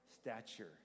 stature